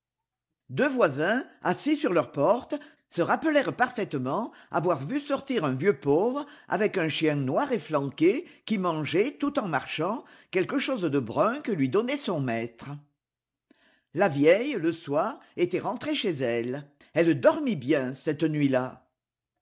deux voisins assis sur leur porte se rappelèrent parfaitement avoir vu sortir un vieux pauvre avec un chien noir efflanqué qui mangeait tout en marchant quelque chose de brun que lui donnait son maître la vieille le soir était rentrée chez elle elle dormit bien cette nuit-là